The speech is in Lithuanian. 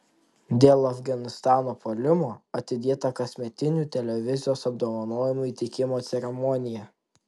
dėl afganistano puolimo atidėta kasmetinių televizijos apdovanojimų įteikimo ceremonija